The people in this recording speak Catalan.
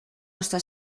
nostra